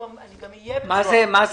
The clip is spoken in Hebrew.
אני גם אהיה בביצוע --- מה זה מזמן?